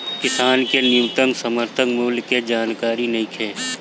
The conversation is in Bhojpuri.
किसान के न्यूनतम समर्थन मूल्य के जानकारी नईखे